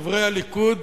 לחברי הליכוד,